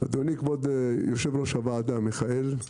כבוד יושב-ראש הוועדה המכהן,